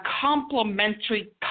complementary